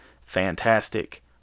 fantastic